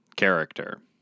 character